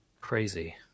Crazy